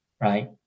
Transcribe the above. right